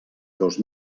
dos